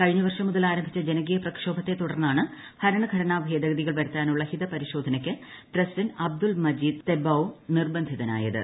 കഴിഞ്ഞ വർഷം മുതൽ ആരംഭിച്ച ജനകീയ പ്രക്ഷോഭത്തെ തുടർന്നാണ് ഭരണഘടനാ ഭേദഗതികൾ വരുത്താനുള്ള ഹിതപരിശോധനയ്ക്ക് പ്രസിഡന്റ് അബ്ദുൾ മജീദ് തെബ്ബൌൺ നിർബന്ധിതനായത്